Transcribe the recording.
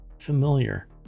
familiar